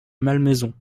malmaison